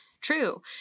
true